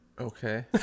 Okay